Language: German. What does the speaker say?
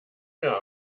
mir